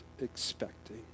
expecting